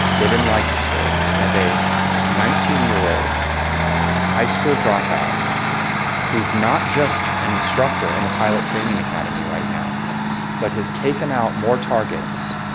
they didn't like this story of a nineteen year old high school dropout who's not just an instructor in the pilot training academy right now but has taken out more targets,